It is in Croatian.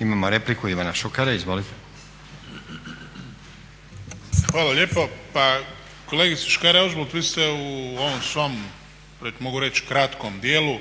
Imamo repliku Ivana Šukera, izvolite. **Šuker, Ivan (HDZ)** Hvala lijepo. Pa kolegice Škare-Ožbolt vi ste u ovom svom mogu reći kratkom dijelu